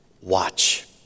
watch